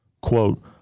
quote